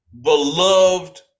beloved